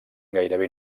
gairebé